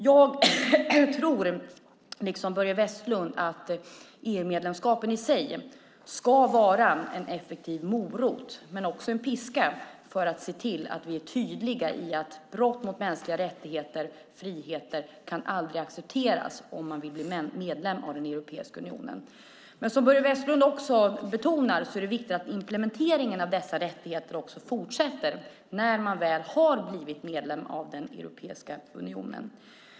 Jag tror liksom Börje Vestlund att EU-medlemskapet i sig ska vara en effektiv morot, men också piska, för att se till att vi är tydliga i att brott mot mänskliga rättigheter och friheter aldrig kan accepteras om man vill bli medlem av Europeiska unionen. Som Börje Vestlund betonar är det viktigt att implementeringen av dessa rättigheter fortsätter när man väl blivit medlem av Europeiska unionen.